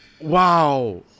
Wow